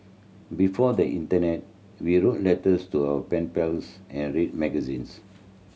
before the internet we wrote letters to our pen pals and read magazines